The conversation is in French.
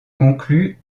conclue